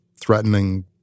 threatening